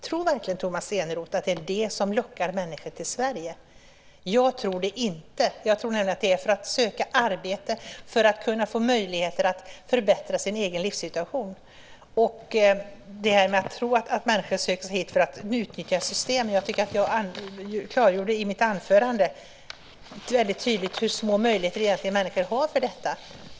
Tror verkligen Tomas Eneroth att det är detta som lockar människor till Sverige? Jag tror inte det, utan jag tror att man kommer hit för att söka sig arbete för att kunna förbättra sin egen livssituation. I fråga om att människor söker sig hit för att utnyttja systemen klargjorde jag väldigt tydligt i mitt anförande hur små de möjligheterna är.